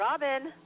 Robin